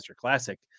Classic